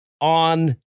on